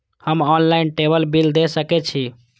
हम online table bill दे सके छी?